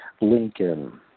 Lincoln